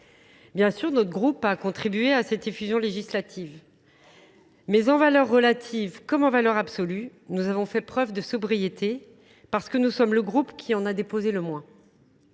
Bien sûr, notre groupe a contribué à cette effusion législative. Mais en valeurs relatives comme en valeurs absolues, nous avons fait preuve de sobriété parce que nous sommes le groupe qui en a déposé le moins.